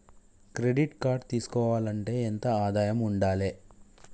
Credit card తీసుకోవాలంటే ఎంత ఆదాయం ఉండాలే?